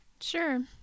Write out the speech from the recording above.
Sure